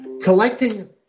collecting